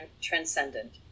transcendent